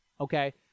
okay